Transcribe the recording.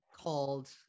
called